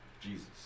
Jesus